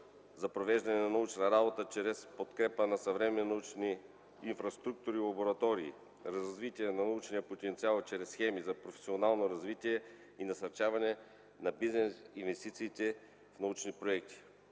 за провеждане на научна работа чрез подкрепа на съвременни научни инфраструктури и лаборатории; развитие на научния потенциал чрез схеми за професионално развитие и насърчаване на бизнес инвестициите в научни проекти.